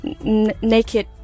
naked